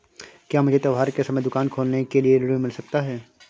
क्या मुझे त्योहार के समय दुकान खोलने के लिए ऋण मिल सकता है?